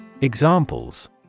Examples